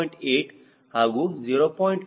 8 ಹಾಗೂ 0